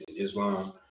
Islam